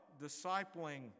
discipling